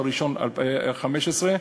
מ-1 בינואר 15',